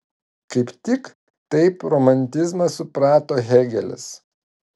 kaip tik taip romantizmą suprato hėgelis